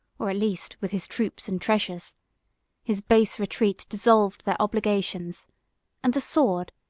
or, at least, with his troops and treasures his base retreat dissolved their obligations and the sword,